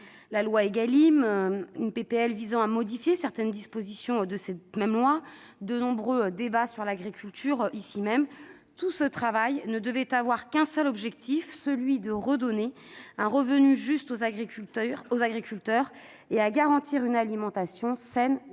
proposition de loi visant à modifier certaines dispositions de cette même loi, de nombreux débats sur l'agriculture ici même. Tout ce travail ne devait avoir qu'un seul objectif : redonner un revenu juste aux agriculteurs et garantir une alimentation saine, durable